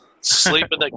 Sleeping